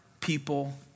people